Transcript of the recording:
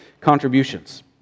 contributions